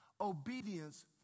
Obedience